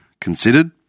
considered